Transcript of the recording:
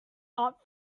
out